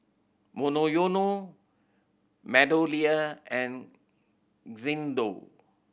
Monoyono MeadowLea and Xndo